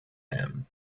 him